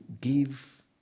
give